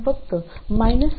7V ऐवजी 5